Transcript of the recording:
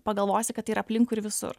pagalvosi kad tai yra aplinkui ir visur